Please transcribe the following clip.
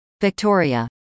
Victoria